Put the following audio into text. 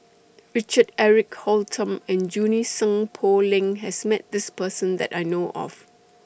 Richard Eric Holttum and Junie Sng Poh Leng has Met This Person that I know of